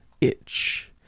itch